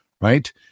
right